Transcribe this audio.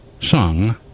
Sung